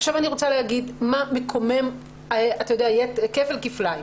עכשיו אני רוצה לומר מה מקומם כפל כפליים.